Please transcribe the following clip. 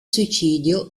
suicidio